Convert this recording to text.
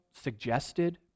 suggested